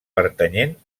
pertanyent